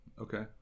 Okay